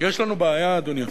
יש לנו בעיה, אדוני השר.